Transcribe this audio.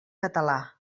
català